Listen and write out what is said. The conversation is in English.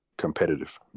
competitive